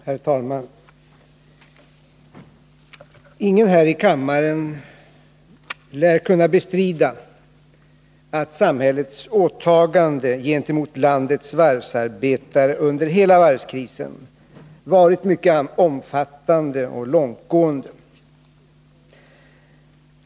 Herr talman! Ingen här i kammaren lär kunna bestrida att samhällets åtagande gentemot landets varvsarbetare under hela varvskrisen varit mycket omfattande och långtgående.